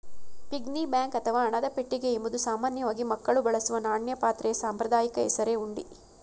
piggy bank ಅಥವಾ ಹಣದ ಪೆಟ್ಟಿಗೆ ಎಂಬುದು ಸಾಮಾನ್ಯವಾಗಿ ಮಕ್ಕಳು ಬಳಸುವ ನಾಣ್ಯ ಪಾತ್ರೆಯ ಸಾಂಪ್ರದಾಯಿಕ ಹೆಸರೇ ಹುಂಡಿ